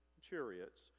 chariots